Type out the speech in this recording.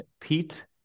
pete